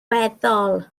weddol